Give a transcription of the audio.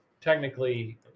Technically